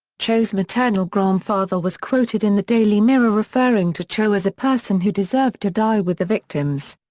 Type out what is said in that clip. cho's maternal grandfather was quoted in the daily mirror referring to cho as a person who deserved to die with the victims.